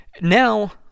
Now